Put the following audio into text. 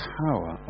power